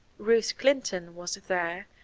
ruth clinton was there,